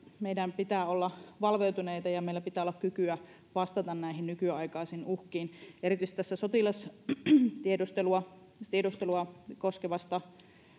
meidän pitää olla valveutuneita ja meillä pitää olla kykyä vastata näihin nykyaikaisiin uhkiin erityisesti tässä sotilastiedustelua koskevassa